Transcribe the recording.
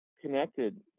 connected